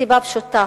מסיבה פשוטה